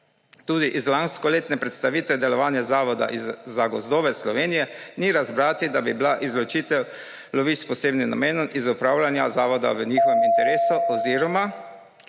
Tudi iz lanskoletne predstavitve delovanja Zavoda za gozdove Slovenije ni razbrati, da bi bila izločitev lovišč s posebnim namenom iz upravljanja zavoda v njihovem interesu oziroma